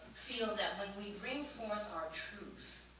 feel that when we bring forth our truths,